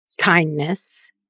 kindness